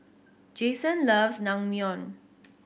Jayson loves Naengmyeon